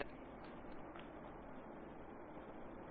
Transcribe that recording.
शब्दकोष